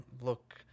look